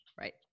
Right